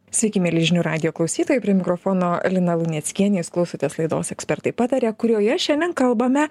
sveiki mieli žinių radijo klausytojai prie mikrofono lina luneckienė jūs klausotės laidos ekspertai pataria kurioje šiandien kalbame